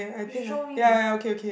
you should show me